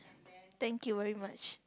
thank you very much